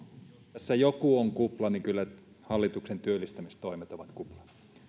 tässä joku on kupla niin kyllä hallituksen työllistämistoimet ovat kupla